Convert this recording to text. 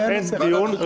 אין דיון.